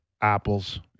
apples